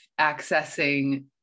accessing